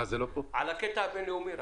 רק על הקטע הבין-לאומי.